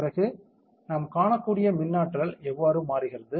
பிறகு நாம் காணக்கூடிய மின் ஆற்றல் எவ்வாறு மாறுகிறது